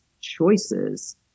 choices